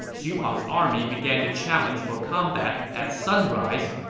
xu huang's army began to challenge for combat at sunrise,